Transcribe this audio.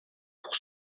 pour